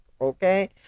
okay